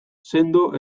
sendoa